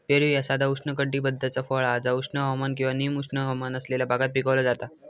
पेरू ह्या साधा उष्णकटिबद्धाचा फळ हा जा उष्ण हवामान किंवा निम उष्ण हवामान असलेल्या भागात पिकवला जाता